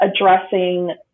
addressing